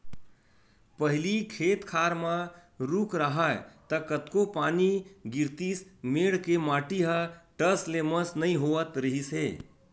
पहिली खेत खार म रूख राहय त कतको पानी गिरतिस मेड़ के माटी ह टस ले मस नइ होवत रिहिस हे